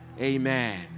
amen